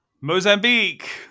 Mozambique